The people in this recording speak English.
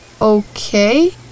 Okay